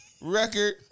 record